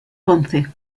ponce